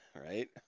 right